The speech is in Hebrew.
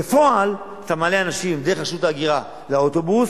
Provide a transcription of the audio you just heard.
בפועל אתה מעלה אנשים דרך רשות ההגירה לאוטובוס,